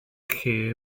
lle